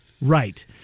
Right